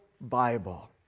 Bible